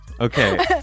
okay